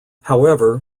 however